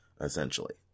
essentially